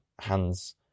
hands